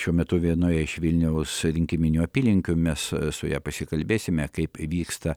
šiuo metu vienoje iš vilniaus rinkiminių apylinkių mes su ja pasikalbėsime kaip vyksta